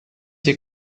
your